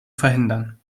verhindern